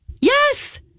Yes